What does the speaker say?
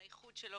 על הייחוד שלו.